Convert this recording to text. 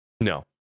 No